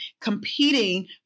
Competing